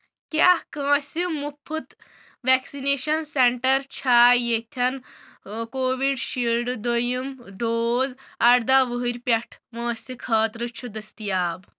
کیٛاہ کٲنٛسہِ مُفٕط ویکسِنیشن سینٹر چھا یتٮ۪ن کووِڑ شیٖلڈٕ دوٚیِم ڈوز اَرداہ وُہر پٮ۪ٹھ وٲنٛسہِ خٲطرٕ چھُ دٔستِیاب